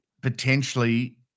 potentially –